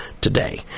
today